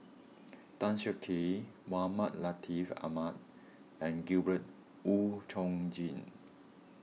Tan Siak Kew Mohamed Latiff Mohamed and Gabriel Oon Chong Jin